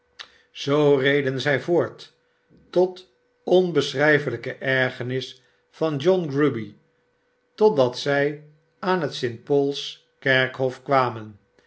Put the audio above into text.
zoo reden zij voort tot onbeschrijfelijke ergerms van john grueby totdat zij aan het sint paulskerkhof kwamen